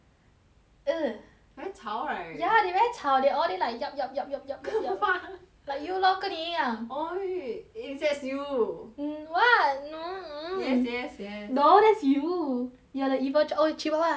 very 吵 right ya they very 吵 they all day like like you lor 跟你一样 !oi! eh that's you mmhmm what no yes yes yes no that's you you're the evil chil~ oh chihuahua evil